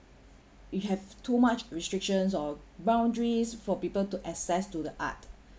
you have too much restrictions or boundaries for people to access to the art